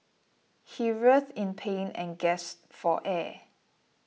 he writhed in pain and gasped for air